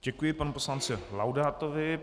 Děkuji panu poslanci Laudátovi.